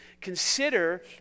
Consider